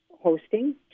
hosting